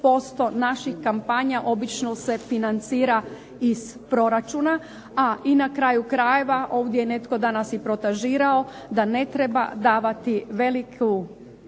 naših kampanja obično se financira iz proračuna. A i na kraju krajeva, ovdje je netko danas i protažirao da ne treba davati veliku,